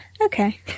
okay